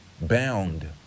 bound